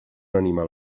animal